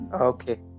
okay